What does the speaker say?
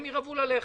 הם ירעבו ללחם.